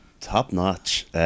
top-notch